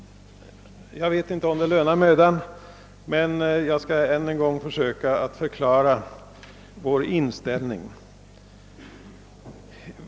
Jag vet inte om det lönar mödan, men jag skall än en gång försöka förklara vår inställning.